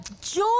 joy